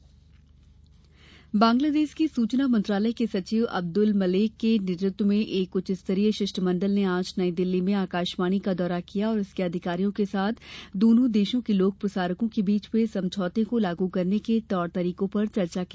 बांग्लादेश आकाशवाणी बांग्लादेश के सुचना मंत्रालय के सचिव अब्दुल मलेक के नेतृत्व में एक उच्चस्तरीय शिष्टमंडल ने आज नई दिल्ली में आकाशवाणी का दौरा किया और इसके अधिकारियों के साथ दोनों देशों के लोक प्रसारकों के बीच हए समझौते को लागू करने के तौर तरीकों पर चर्चा की